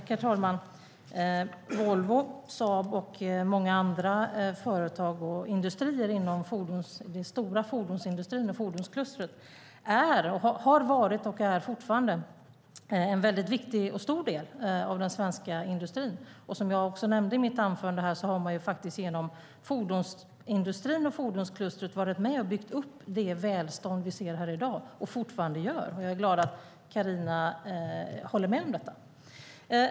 Herr talman! Volvo, Saab och många andra industrier inom fordonsklustret har varit och är fortfarande en viktig och stor del av den svenska industrin. Som jag nämnde i mitt anförande har man också genom fordonsindustrin och fordonsklustret varit med och byggt upp det välstånd vi ser här i dag, och det gör man fortfarande. Jag är glad över att Carina håller med om det.